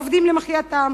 עובדים למחייתם,